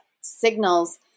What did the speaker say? signals